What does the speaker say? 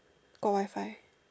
got Wi-Fi